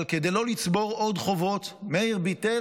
אבל כדי לא לצבור עוד חובות מאיר ביטל